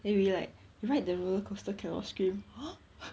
then we like ride the roller coaster cannot scream !huh!